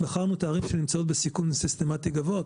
בחרנו את הערים שנמצאות בסיכון סיסטמתי גבוה,